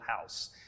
house